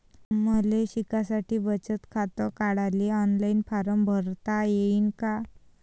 मले शिकासाठी बचत खात काढाले ऑनलाईन फारम भरता येईन का?